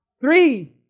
three